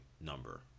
number